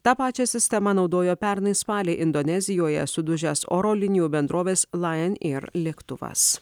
tą pačią sistemą naudojo pernai spalį indonezijoje sudužęs oro linijų bendrovės lion air lėktuvas